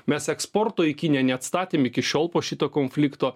mes eksporto į kiniją neatstatėm iki šiol po šito konflikto